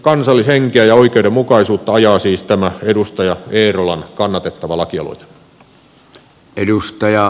kansallishenkeä ja oikeudenmukaisuutta ajaa siis tämä edustaja eerolan kannatettava lakialoite